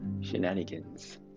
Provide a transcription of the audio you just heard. shenanigans